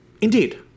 indeed